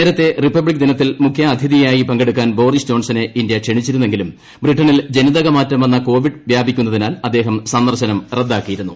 നേരത്തെ റിപ്പബ്ലിക് ദിനത്തിൽ മുഖ്യാതിഥിയായി പങ്കെടുക്കാൻ ബോറിസ് ജോൺസനെ ഇന്ത്യ ക്ഷണിച്ചിരുന്നെങ്കിലും ബ്രിട്ടനിൽ ജനിതകമാറ്റം വന്ന കോവിഡ് വ്യാപിക്കുന്നതിനാൽ അദ്ദേഹം സന്ദർശനം റദ്ദാക്കിയിരുന്നു